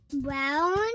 Brown